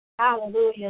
Hallelujah